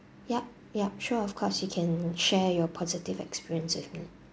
yup yup sure of course you can share your positive experience with me